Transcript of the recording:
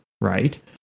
right